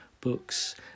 books